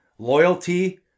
loyalty